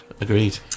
Agreed